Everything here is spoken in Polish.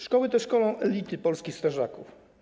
Szkoły te szkolą elity polskich strażaków.